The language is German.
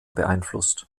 beeinflusst